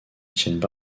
tiennent